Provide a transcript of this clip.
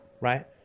right